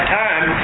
time